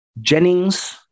Jennings